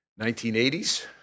1980s